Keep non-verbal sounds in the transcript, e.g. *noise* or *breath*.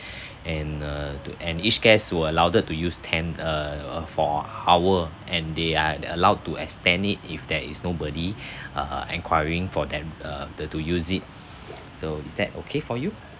*breath* and err the and each guests were allowed to use ten err for hour and they are allowed to extend it if there is nobody *breath* uh enquiring for them uh the to use it so is that okay for you